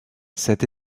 cette